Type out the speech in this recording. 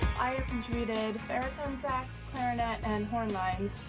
i've contributed baritone sax, clarinet, and horn lines.